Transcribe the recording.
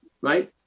right